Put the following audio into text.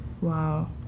Wow